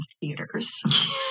theaters